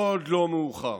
עוד לא מאוחר.